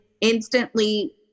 instantly